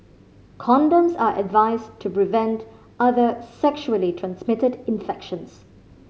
condoms are advised to prevent other sexually transmitted infections